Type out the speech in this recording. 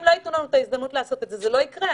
אם לא יתנו הזדמנות לעשות את זה, זה לא יקרה.